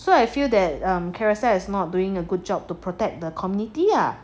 so I feel that um Carousell is not doing a good job to protect the community ah